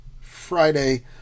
Friday